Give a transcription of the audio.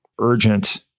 urgent